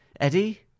Eddie